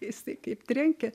jisai kaip trenkė